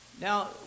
Now